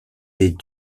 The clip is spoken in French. des